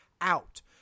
out